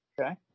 okay